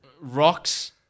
rocks